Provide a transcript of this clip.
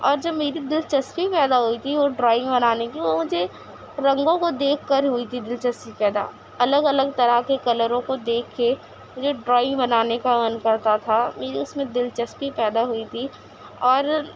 اور جب میری دلچسپی پیدا ہوئی تھی اور ڈرائنگ بنانے کی وہ مجھے رنگوں کو دیکھ کر ہوئی تھی دلچسپی پیدا الگ الگ طرح کے کلروں کو دیکھ کے مجھے ڈرائنگ بنانے کا من کرتا تھا میری اس میں دلچسپی پیدا ہوئی تھی اور